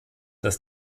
dass